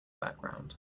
background